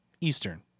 eastern